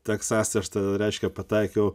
teksase aš tada reiškia pataikiau